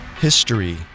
History